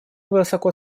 высоко